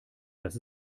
das